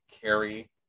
carry